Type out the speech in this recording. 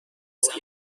سنگ